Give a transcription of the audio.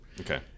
Okay